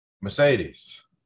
Mercedes